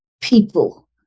people